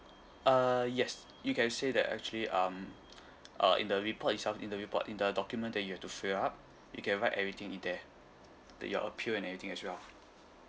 uh yes you can say that actually um uh in the report itself in the report in the document that you have to fill up you can write everything in there that you're appealed and everything as well